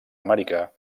amèrica